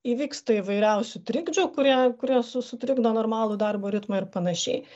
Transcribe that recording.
įvyksta įvairiausių trikdžių kurie kurios sutrikdo normalų darbo ritmą ir panašiai